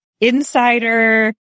insider